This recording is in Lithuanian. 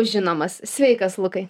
žinomas sveikas lukai